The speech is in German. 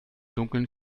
dunkeln